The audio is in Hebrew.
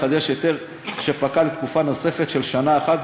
לחדש היתר שפקע לתקופה נוספת של שנה אחת,